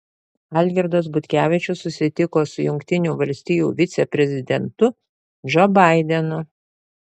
algirdas butkevičius susitiko su jungtinių valstijų viceprezidentu džo baidenu